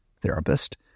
therapist